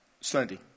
Sunday